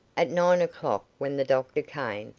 at nine o'clock, when the doctor came,